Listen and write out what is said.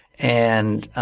and